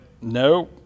no